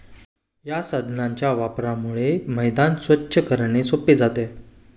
या साधनाच्या वापरामुळे मैदान स्वच्छ करणे सोपे जाते